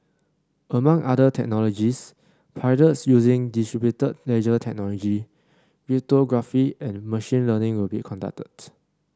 among other technologies pilots using distributed ledger technology cryptography and machine learning will be conducted